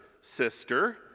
sister